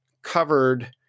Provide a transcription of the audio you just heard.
covered